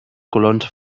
colons